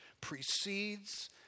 precedes